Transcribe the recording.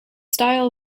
style